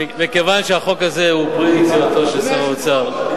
מכיוון שהחוק הזה הוא פרי יצירתו של שר האוצר,